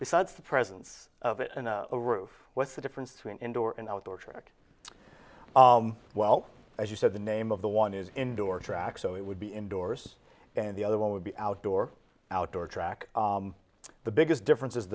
besides the presence of it in a roof what's the difference between indoor and outdoor track well as you said the name of the one is indoor track so it would be indoors and the other one would be outdoor outdoor track the biggest difference